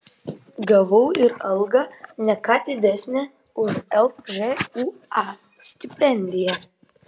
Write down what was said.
gavau ir algą ne ką didesnę už lžūa stipendiją